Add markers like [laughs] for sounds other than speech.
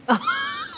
[laughs]